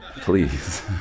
Please